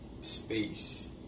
space